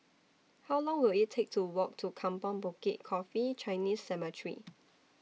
How Long Will IT Take to Walk to Kampong Bukit Coffee Chinese Cemetery